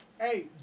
Hey